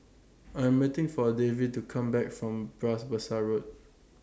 I'm waiting For Davie to Come Back from Bras Basah Road